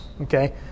okay